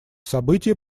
события